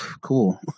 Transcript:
cool